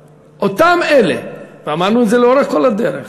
אותם אלה, ואמרנו את זה לאורך כל הדרך,